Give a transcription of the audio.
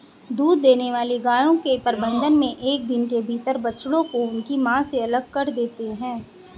दूध देने वाली गायों के प्रबंधन मे एक दिन के भीतर बछड़ों को उनकी मां से अलग कर देते हैं